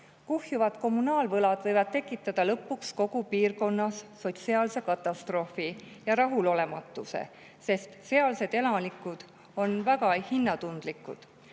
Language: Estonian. Kuhjuvad kommunaalvõlad võivad tekitada lõpuks kogu piirkonnas sotsiaalse katastroofi ja rahulolematuse, sest sealsed elanikud on väga hinnatundlikud.